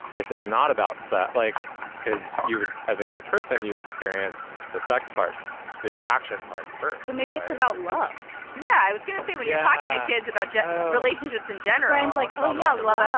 if it's not about so like because you as a gay person you experience the sex part the attraction part for. maybe it's about love yeah i was going to say we are talking to kids about yeah relationships and generations like yeah love um